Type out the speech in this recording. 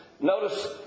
notice